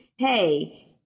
hey